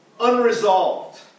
unresolved